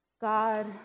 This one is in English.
God